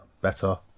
better